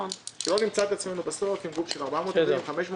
שלא נמצא את עצמנו בסוף עם גוף של 400 עובדים,